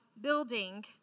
building